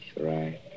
right